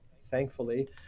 thankfully